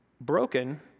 broken